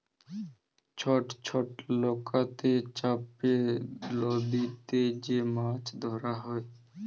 ছট ছট লকাতে চাপে লদীতে যে মাছ ধরা হ্যয়